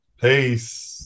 peace